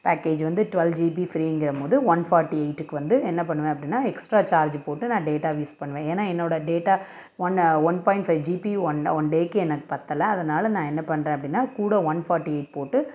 package வந்து twelve GB ஃப்ரீங்கிறபோது one forty எயிட்டுக்கு வந்து என்ன பண்ணுவேன் அப்படின்னா எக்ஸ்ட்ரா சார்ஜு போட்டு நான் டேட்டாவை யூஸ் பண்ணுவேன் ஏன்னா என்னோட டேட்டா ஒன்று one point five GB one one டேய்க்கு எனக்கு பத்தலை அதனால் நான் என்ன பண்ணுறேன் அப்படின்னா கூட ஒன் ஃபார்ட்டி எயிட் போட்டு